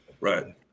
Right